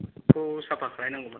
थ साप्फा खालामनांगौ मोन